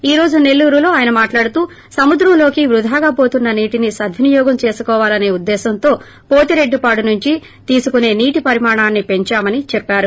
ఈ రోజు నెల్లూరులో ఆయన మాట్లాడుతూ సముద్రంలోకి వృథాగా పోతున్న నీటిని సద్వినియోగం చేసుకోవాలనే ఉద్దేశంతో పోతిరెడ్డిపాడు నుంచి తీసుకునే నీటి పరిమాణాన్ని పెందామని చెప్పారు